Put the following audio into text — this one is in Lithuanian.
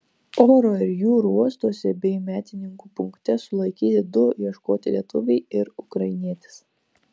oro ir jūrų uostuose bei medininkų punkte sulaikyti du ieškoti lietuviai ir ukrainietis